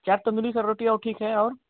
क्या तंदूरी का रोटी है और ठीक है और